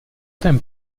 ten